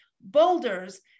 boulders